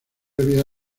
había